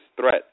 threat